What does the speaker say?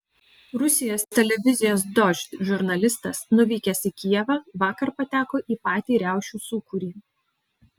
rusijos televizijos dožd žurnalistas nuvykęs į kijevą vakar pateko į patį riaušių sūkurį